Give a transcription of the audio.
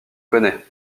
connais